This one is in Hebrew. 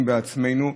אנחנו חוגגים בעצמנו,